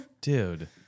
dude